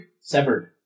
Severed